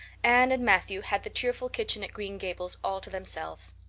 anne and matthew had the cheerful kitchen at green gables all to themselves.